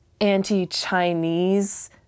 anti-Chinese